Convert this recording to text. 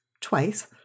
twice